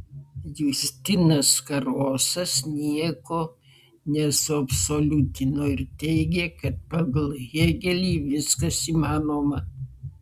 justinas karosas nieko nesuabsoliutino ir teigė kad pagal hėgelį viskas įmanoma